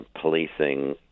policing